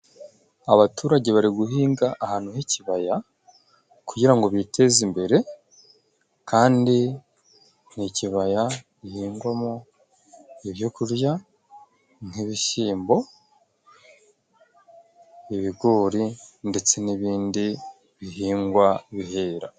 Abaturage bari guhinga ahantu h'ikibaya kugira ngo biteze imbere kandi ni ikibaya gihingwamo ibyo kurya nk'ibishyimbo , ibigori ndetse n'ibindi bihingwa bihera